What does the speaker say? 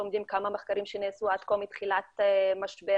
לומדים כמה מחקרים שנעשו עד כה מתחילת משבר